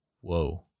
Whoa